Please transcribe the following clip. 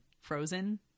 frozen